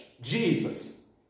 Jesus